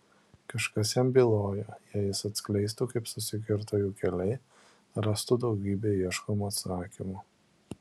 kažkas jam bylojo jei jis atskleistų kaip susikirto jų keliai rastų daugybę ieškomų atsakymų